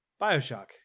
Bioshock